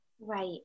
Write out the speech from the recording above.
Right